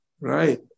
Right